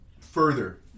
further